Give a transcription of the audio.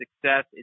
success